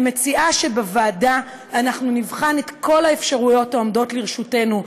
אני מציעה שבוועדה אנחנו נבחן את כל האפשרויות העומדות לרשותנו,